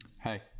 Hey